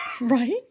Right